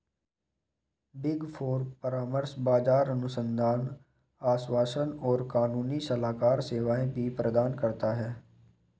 big four परामर्श, बाजार अनुसंधान, आश्वासन और कानूनी सलाहकार सेवाएं भी प्रदान करता है